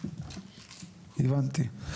הבנתי.